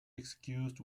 excused